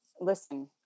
listen